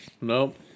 Nope